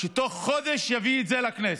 שתוך חודש הוא יביא את זה לכנסת.